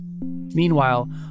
Meanwhile